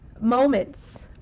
Moments